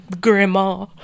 grandma